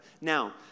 Now